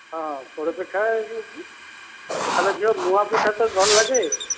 ହଁ ପୋଡ଼ ପିଠା ଏଇ ଯେଉଁ ଆଲୋ ଝିଅ ମୁଆଁ ପିଠା ତୋତେ ଭଲ ଲାଗେ